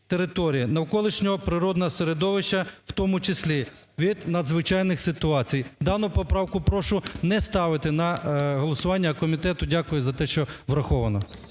навколишнього природного середовища – в тому числі від надзвичайних ситуацій. Дану поправку прошу не ставити на голосування. А комітету дякую за те, що врахована.